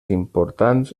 importants